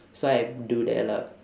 so I do that lah